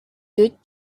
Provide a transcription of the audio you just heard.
good